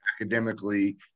academically